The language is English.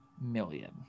million